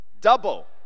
Double